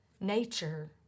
nature